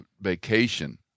vacation